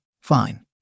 fine